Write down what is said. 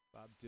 Bob